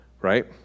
right